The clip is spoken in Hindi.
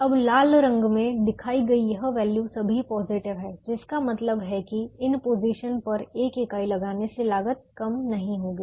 अब लाल रंग में दिखाई गई यह वैल्यू सभी पॉजिटिव है जिसका मतलब है कि इन पोजीशन पर एक इकाई लगाने से लागत कम नहीं होगी